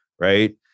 right